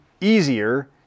easier